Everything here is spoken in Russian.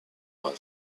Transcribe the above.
база